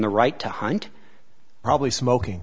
the right to hunt probably smoking